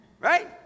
right